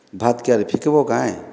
ଭାତ୍ କି ଆର୍ ଫିକିବ୍ କାଏଁ